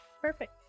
Perfect